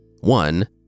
One